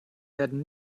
werden